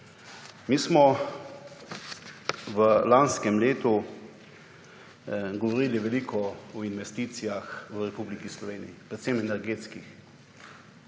Mi smo v lanskem letu govorili veliko o investicijah v Republiki Sloveniji, predvsem energetskih.